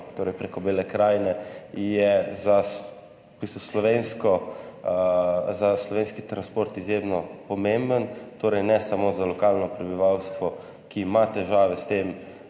torej prek Bele krajine, je v bistvu za slovenski transport izjemno pomemben, torej ne samo za lokalno prebivalstvo, ki ima težave s tem,